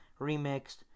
remixed